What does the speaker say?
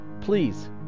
please